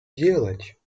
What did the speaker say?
делать